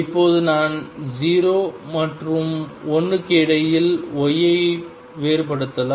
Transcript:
இப்போது நான் 0 மற்றும் 1 க்கு இடையில் y ஐ வேறுபடுத்தலாம்